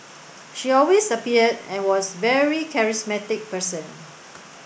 she always appeared and was very charismatic person